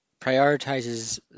prioritizes